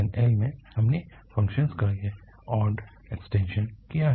और LxL में हमने फ़ंक्शन का यह ऑड इक्स्टेन्शन किया है